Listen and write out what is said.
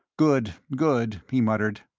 good, good, he muttered.